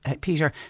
Peter